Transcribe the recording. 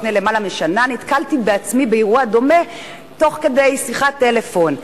לפני למעלה משנה נתקלתי בעצמי באירוע דומה תוך כדי שיחת טלפון.